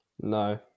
No